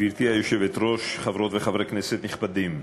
גברתי היושבת-ראש, חברות וחברי כנסת נכבדים,